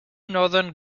northern